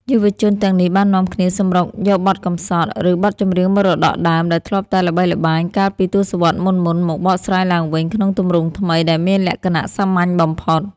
យុវជនទាំងនេះបាននាំគ្នាសម្រុកយកបទកម្សត់ ឬបទចម្រៀងមរតកដើម ដែលធ្លាប់តែល្បីល្បាញកាលពីទសវត្សរ៍មុនៗ មកបកស្រាយឡើងវិញក្នុងទម្រង់ថ្មី ដែលមានលក្ខណៈសាមញ្ញបំផុត។